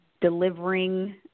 delivering